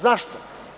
Zašto?